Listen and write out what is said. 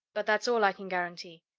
but that's all i can guarantee.